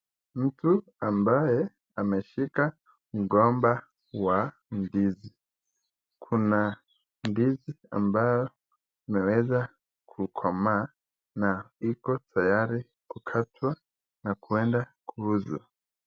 Mtu ambaye ameshika mgomba wa ndizi. Kuna ndizi ambayo imeweza kukomaa na iko tayari kukatwa na kwenda kuuzwa.